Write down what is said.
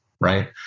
right